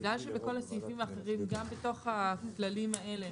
בגלל שבכל הסעיפים האחרים גם בתוך הכללים האלה